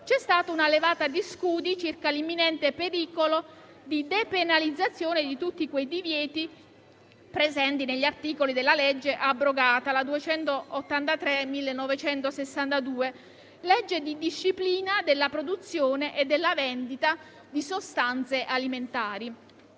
c'è stata una levata di scudi circa l'imminente pericolo di depenalizzazione di tutti quei divieti presenti negli articoli dell'abrogata legge 30 aprile 1962, n. 283, recante la disciplina della produzione e della vendita di sostanze alimentari.